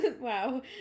Wow